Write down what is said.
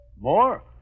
More